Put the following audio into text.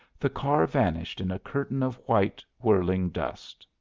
the car vanished in a curtain of white, whirling dust.